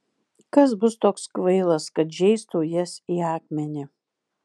kas bus toks kvailas kad žeistų jas į akmenį